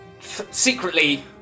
secretly